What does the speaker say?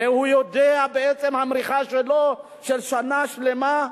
והוא יודע שהמריחה שלו של שנה שלמה,